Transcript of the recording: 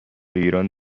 ایران